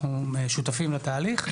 אנחנו שותפים לתהליך,